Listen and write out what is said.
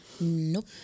Nope